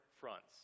fronts